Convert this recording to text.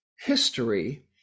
history